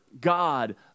god